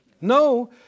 No